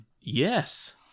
Yes